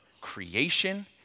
creation